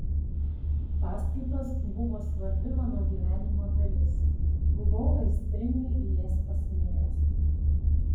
paskaitos buvo svarbi mano gyvenimo dalis buvau aistringai į jas pasinėręs